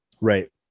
right